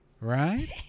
Right